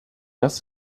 dass